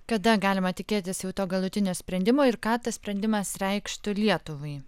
kada galima tikėtis jau to galutinio sprendimo ir ką tas sprendimas reikštų lietuvai